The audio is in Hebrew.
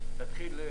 מוכן